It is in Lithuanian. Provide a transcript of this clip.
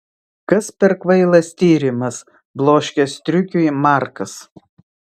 kas per kvailas tyrimas bloškė striukiui markas